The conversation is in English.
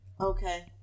Okay